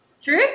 True